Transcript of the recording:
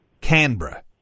Canberra